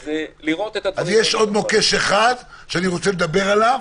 אז יש עוד מוקש אחד שאני רוצה לדבר עליו,